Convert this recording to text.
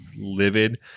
livid